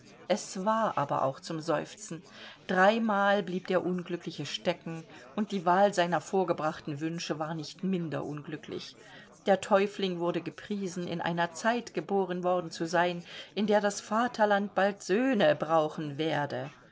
es war aber auch zum seufzen dreimal blieb der unglückliche stecken und die wahl seiner vorgebrachten wünsche war nicht minder unglücklich der täufling wurde gepriesen in einer zeit geboren worden zu sein in der das vaterland bald söhne brauchen werde